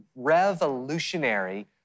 revolutionary